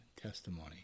testimony